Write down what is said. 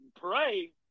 pray." –